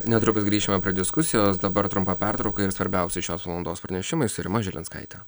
netrukus grįšime prie diskusijos dabar trumpa pertrauka ir svarbiausi šios valandos pranešimai su rima žilinskaite